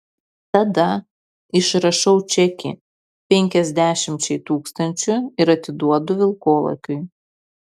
tada išrašau čekį penkiasdešimčiai tūkstančių ir atiduodu vilkolakiui